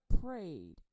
prayed